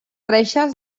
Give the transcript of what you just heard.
reixes